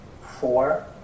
four